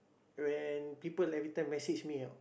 when people every time message me ah